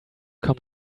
come